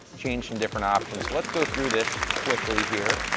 change some different options. let's go through this quickly here.